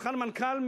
שכר מנכ"ל,